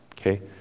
Okay